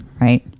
Right